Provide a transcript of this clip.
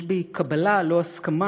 יש בי קבלה, לא הסכמה,